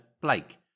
Blake